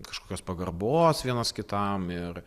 kažkokios pagarbos vienas kitam ir